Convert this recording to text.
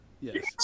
Yes